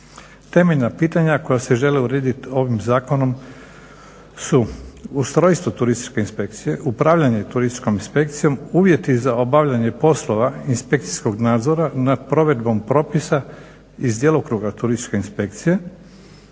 Temeljna pitanja koja se žele urediti ovim zakonom su ustrojstvo Turističke inspekcije, upravljanje Turističkom inspekcijom, uvjeti za obavljanje poslove inspekcijskog nadzora nad provedbom propisa iz djelokruga Turističke inspekcije,